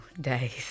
days